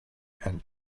and